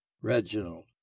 Reginald